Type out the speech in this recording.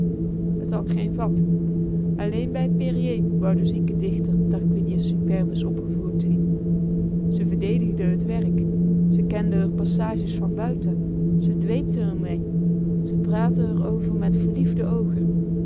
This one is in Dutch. t had geen vat alleen bij périer wou de zieke dichter tarquinius superbus opgevoerd zien ze verdedigde t werk ze kende r passages van buiten ze dweepte r mee ze praatte r over met verliefde oogen